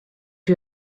you